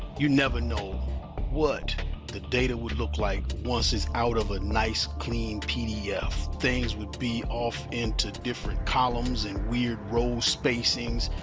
you never know what the data would look like, once it's out of a nice clean pdf. things would be off into different columns and weird row spacings.